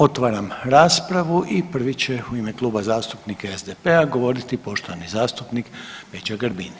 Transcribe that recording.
Otvaram raspravu prvi će u ime Kluba zastupnika SDP-a govoriti poštovani zastupnik Peđa Grbin.